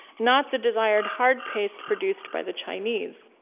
not the desired hard paste produced by the chinese.